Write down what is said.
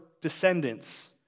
descendants